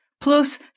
Plus